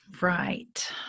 Right